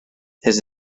his